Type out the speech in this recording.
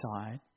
side